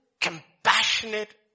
compassionate